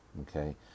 okay